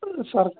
sir